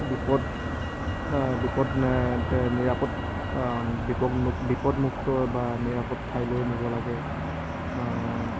বিপদ বিপদ নিৰাপদ বিপদমুক্ত বা নিৰাপদ ঠাইলৈ নিব লাগে